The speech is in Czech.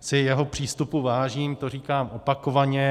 si jeho přístupu vážím, to říkám opakovaně.